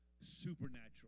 supernatural